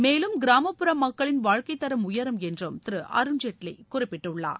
மேலும் கிராமப்புற மக்களின் வாழ்க்கைத் தரம் உயரும் என்றும் திரு அருண்ஜேட்வி குறிப்பிட்டுள்ளார்